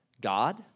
God